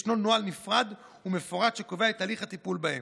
ישנו נוהל נפרד ומפורט שקובע את הליך הטיפול בהם.